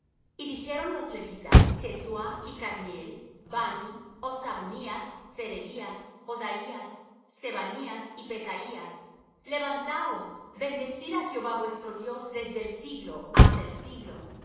y dijeron los levitas jesuá y cadmiel bani hosabnías serebías odaías sebanías y pethaía levantaos bendecid á jehová vuestro dios desde el siglo hasta el siglo y